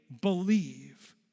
Believe